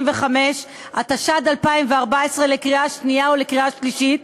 135), התשע"ד 2014, לקריאה שנייה ולקריאה שלישית.